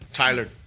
Tyler